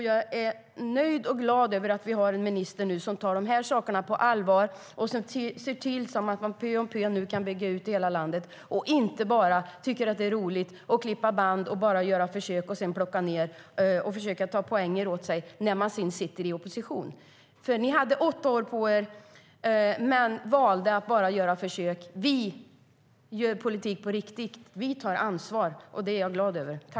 Jag är nöjd och glad över att vi nu har en minister som tar de här sakerna på allvar, ser till att man pö om pö kan bygga ut detta i hela landet och inte tycker att det är roligt att bara klippa band och göra försök för att sedan plocka ned verksamheten och försöka ta poänger i opposition. Ni hade åtta år på er, men valde att bara göra försök. Vi gör politik på riktigt. Vi tar ansvar, och det är jag glad över.